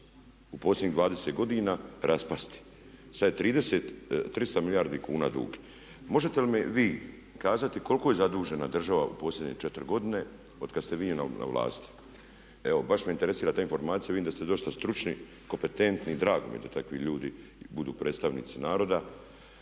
u posljednjih 20 godina raspasti, sad je 300 milijardi kuna dug. Možete li mi vi kazati koliko je zadužena u posljednje 4 godine otkad ste vi na vlasti, evo baš me interesira ta informacija, vidim da ste dosta stručni, kompetentni i drago mi je da takvi ljudi budu predstavnici naroda